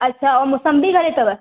अच्छा ऐं मौसंबी घणे अथव